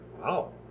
Wow